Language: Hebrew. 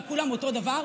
כולם אותו דבר,